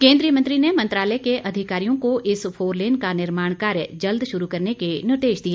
केन्द्रीय मंत्री ने मंत्रालय के अधिकारियों को इस फोरलेन का निर्माण कार्य जल्द शुरू करने के निर्देश दिए